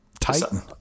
Titan